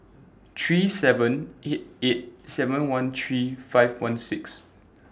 three seven eight eight seven one three five one six